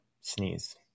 sneeze